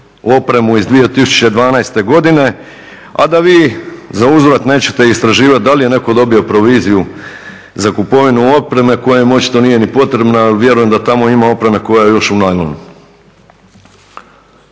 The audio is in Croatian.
opremu iz 2012. godine, a da vi zauzvrat nećete istraživat da li je netko dobio proviziju za kupovinu opreme koja im očito nije ni potrebna, ali vjerujem da tamo ima opreme koja je još ….